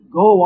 go